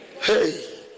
Hey